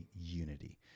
unity